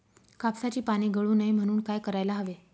कापसाची पाने गळू नये म्हणून काय करायला हवे?